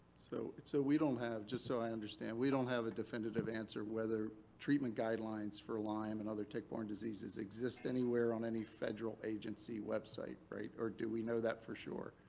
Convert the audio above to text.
so so we don't have. so just so i understand, we don't have a definitive answer whether treatment guidelines for lyme and other tick-borne diseases exist anywhere on any federal agency website, right? or do we know that for sure?